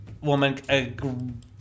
woman